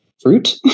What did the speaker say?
fruit